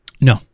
No